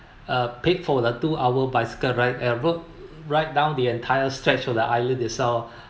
uh paid for the two hour bicycle ride and rode right down the entire stretch of the island itself